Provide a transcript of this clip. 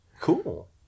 Cool